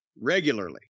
regularly